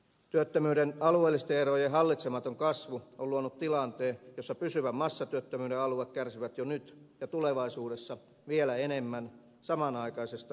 työttömyyden alueellisten erojen hallitsematon kasvu on luonut tilanteen jossa pysyvän massatyöttömyyden alueet kärsivät jo nyt ja tulevaisuudessa vielä enemmän samanaikaisesta työvoimapulasta